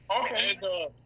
okay